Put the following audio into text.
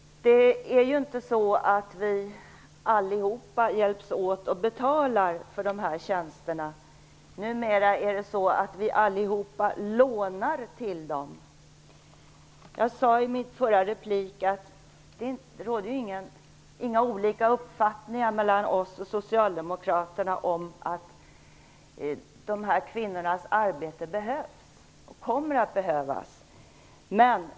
Det är inte så att vi alla hjälps åt och betalar för de tjänsterna. Numera är det så att vi alla lånar till dem. I min förra replik sade jag att det inte råder olika uppfattningar mellan oss och Socialdemokraterna om att de här kvinnornas arbete behövs, och kommer att behövas.